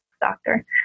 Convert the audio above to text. doctor